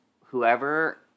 whoever